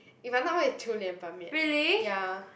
if I'm not wrong it's Qiu-Lian Ban-Mian ya